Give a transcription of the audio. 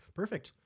perfect